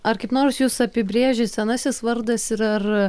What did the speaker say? ar kaip nors jus apibrėžė senasis vardas ir ar